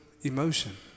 emotion